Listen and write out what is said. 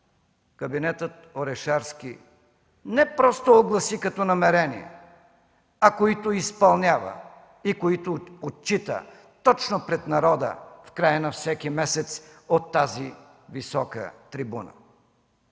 кабинетът Орешарски не просто огласи като намерение, а които изпълнява и които отчита точно пред народа в края на всеки месец от тази висока трибуна.